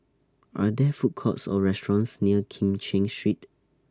Are There Food Courts Or restaurants near Kim Cheng Street